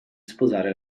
sposare